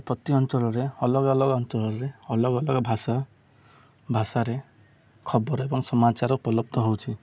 ପ୍ରତି ଅଞ୍ଚଳରେ ଅଲଗା ଅଲଗା ଅଞ୍ଚଳରେ ଅଲଗା ଅଲଗା ଭାଷା ଭାଷାରେ ଖବର ଏବଂ ସମାଚାର ଉପଲବ୍ଧ ହେଉଛିି